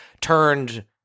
turned